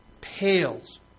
pales